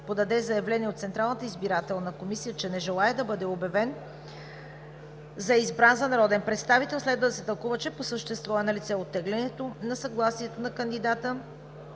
подаде заявление до Централната избирателна комисия, че не желае да бъде обявен за избран за народен представител, следва да се тълкува, че по същество е налице оттегляне на съгласието на кандидата,